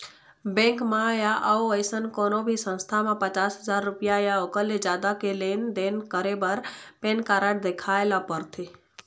bank म य अउ अइसन कोनो भी संस्था म पचास हजाररूपिया य ओखर ले जादा के लेन देन करे बर पैन कारड देखाए ल परथे